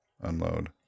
unload